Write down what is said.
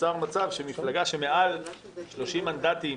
נוצר מצב שמפלגה שמונה מעל 30 מנדטים